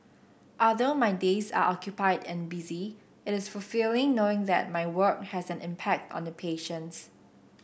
although my days are occupied and busy it is fulfilling knowing that my work has an impact on the patients